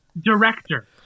director